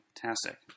Fantastic